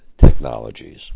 Technologies